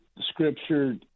scripture